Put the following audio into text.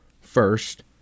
First